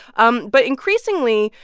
um but increasingly,